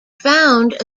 found